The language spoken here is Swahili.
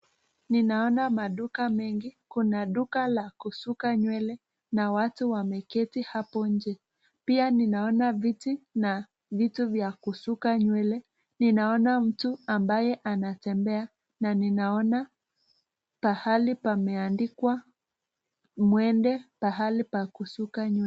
Ninaona maduka mengi. Kuna duka la kusuka nywele na watu wameketi hapo nje. Pia ninaona viti na vitu vya kusuka nywele. Ninaona mtu ambaye anatembea na ninaona pahali pameandikwa: Mwende pahali pa kusuka nywele.